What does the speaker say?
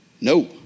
no